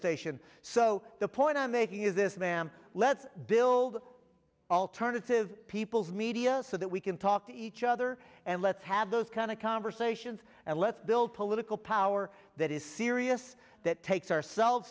station so the point i'm making is this ma'am let's build alternative people's media so that we can talk to each other and let's have those kind of conversations and let's build political power that is serious that takes ourselves